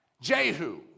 Jehu